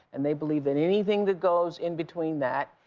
and they believe that anything that goes in between that,